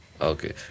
okay